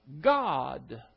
God